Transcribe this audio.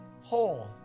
whole